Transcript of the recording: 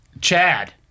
Chad